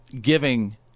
giving